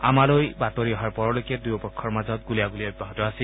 আমালৈ বাতৰি অহাৰ পৰলৈ দুয়োপক্ষৰ মাজত গুলীয়াণ্ডলি অব্যাহত আছিল